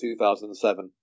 2007